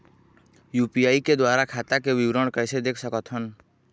UPI के द्वारा खाता के विवरण कैसे देख सकत हन?